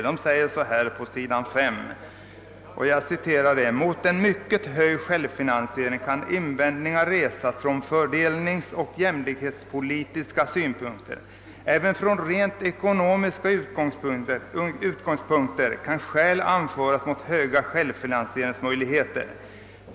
De skriver på s. 5 bl.a. följande: »Mot en mycket hög självfinansiering kan invändningar resas från fördelningsoch jämlikhetspolitiska synpunkter. Även från rent ekonomiska utgångspunkter kan skäl anföras mot höga självfinansieringsmöjligheter.